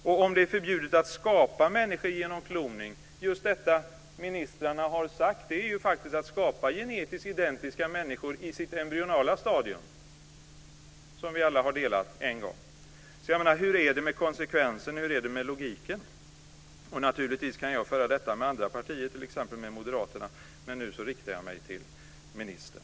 Och om det är förbjudet att skapa människor genom kloning, hur blir det då med just det ministrarna har sagt om att skapa genetiskt identiska människor i det embryonala stadium som vi alla har delat en gång? Jag menar, hur är det med konsekvensen? Hur är det med logiken? Naturligtvis kan jag föra denna diskussion med andra partier, t.ex. med Moderaterna, men nu riktar jag mig till ministern.